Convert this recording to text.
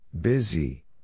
Busy